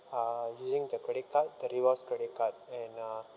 uh using the credit card that rewards credit card and uh